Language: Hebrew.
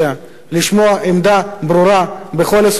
לשמוע עמדה ברורה בכל הסוגיה הזאת,